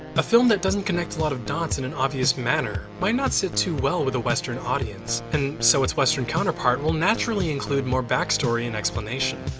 a film that doesn't connect a lot of dots in an obvious manner might not sit too well with a western audience, and so its western counterpart will naturally include more backstory and explanation.